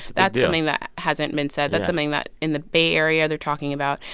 that's something that hasn't been said. that's something that, in the bay area, they're talking about.